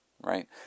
Right